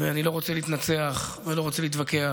ואני לא רוצה להתנצח ולא רוצה להתווכח.